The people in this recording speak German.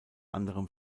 anderem